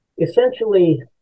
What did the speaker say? essentially